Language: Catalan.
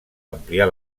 ampliar